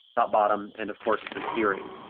ah bottom, and of course the steering.